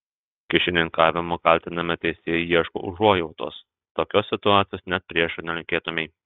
kyšininkavimu kaltinami teisėjai ieško užuojautos tokios situacijos net priešui nelinkėtumei